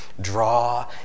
Draw